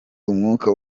umwuka